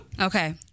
Okay